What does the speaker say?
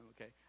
Okay